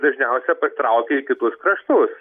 dažniausia patraukia į kitus kraštus